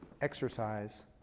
exercise